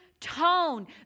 tone